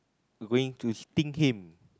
going to sting him